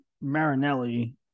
Marinelli